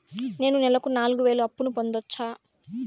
నేను నెలకు నాలుగు వేలు అప్పును పొందొచ్చా?